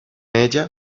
ella